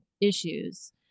issues